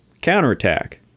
counterattack